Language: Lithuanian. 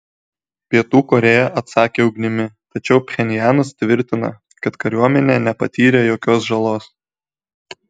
pietų korėja atsakė ugnimi tačiau pchenjanas tvirtina kad kariuomenė nepatyrė jokios žalos